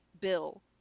bill